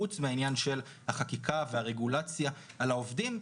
חוץ מהחקיקה והרגולציה על העובדים,